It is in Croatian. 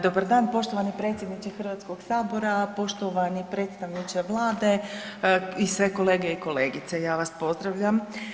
Dobar dan poštovani predsjedniče Hrvatskog sabora, poštovani predstavniče Vlade i sve kolege i kolegice ja vas pozdravljam.